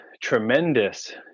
tremendous